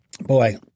Boy